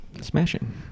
Smashing